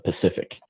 Pacific